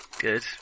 Good